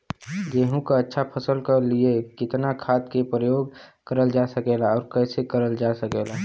गेहूँक अच्छा फसल क लिए कितना खाद के प्रयोग करल जा सकेला और कैसे करल जा सकेला?